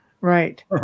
Right